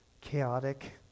chaotic